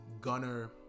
Gunner